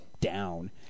down